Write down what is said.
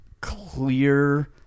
clear